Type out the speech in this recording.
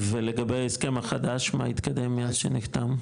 ולגבי ההסכם החדש, מה התקדם מאז שנחתם?